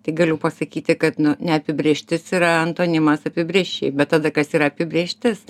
tai galiu pasakyti kad nu neapibrėžtis yra antonimas apibrėžčiai bet tada kas yra apibrėžtis